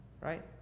Right